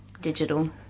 digital